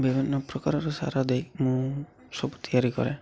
ବିଭିନ୍ନ ପ୍ରକାରର ସାର ଦେଇ ମୁଁ ସବୁ ତିଆରି କରେ